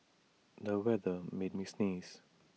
the weather made me sneeze